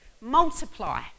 Multiply